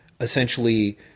essentially